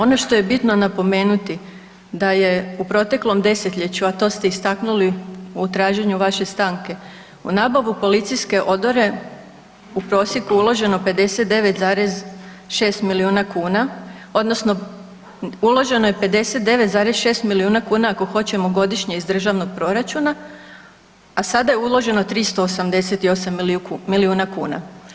Ono što je bitno napomenuti da je u proteklom 10-ljeću, a to ste istaknuli u traženju vaše stanke, u nabavu policijske odore u prosjeku uloženo 59,6 milijuna kuna odnosno uloženo je 59,6 milijuna kuna ako hoćemo godišnje iz državnog proračuna, a sada je uloženo 388 milijuna kuna.